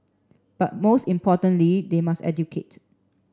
but most importantly they must educate